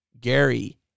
Gary